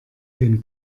den